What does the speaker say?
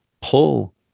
pull